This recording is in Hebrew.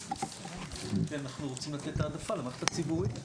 וגם רופא מומחה חלה עליו האחריות הפלילית,